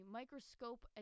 microscope